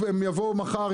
הם יבואו מחר,